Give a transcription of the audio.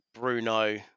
Bruno